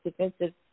defensive